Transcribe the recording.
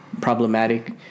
problematic